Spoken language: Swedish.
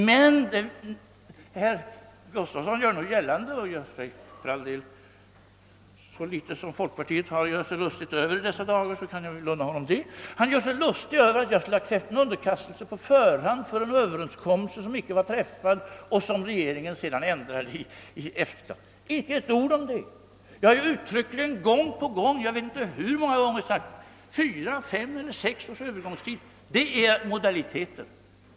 Herr Gustafsson gör sig nu lustig över — för all del, så litet som folkpartiet har att göra sig lustigt över i dessa dagar kan jag väl unna honom det — att jag skulle ha krävt en underkastelse i förväg beträffande en överenskommelse som icke någon har träffat och som regeringen sedan ändrade i efterhand. Jag sade icke ett ord om det. Jag har uttryckligen, jag vet inte hur många gånger, sagt att fyra, fem eller sex års övergångstid är moda liteter.